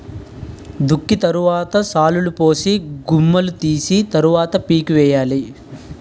దుక్కి తరవాత శాలులుపోసి గుమ్ములూ తీసి తరవాత పిక్కలేయ్యాలి